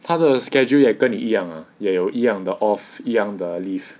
他的 schedule 也跟你一样 ah 也有一样的 off 一样的 leave